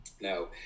now